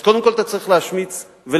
אז קודם כול אתה צריך להשמיץ ולטנף,